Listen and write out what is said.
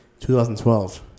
2012